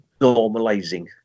normalizing